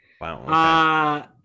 Wow